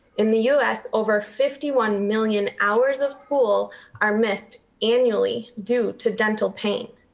in the u s. over fifty one million hours of school are missed annually due to dental pain.